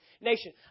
nation